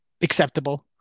acceptable